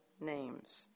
names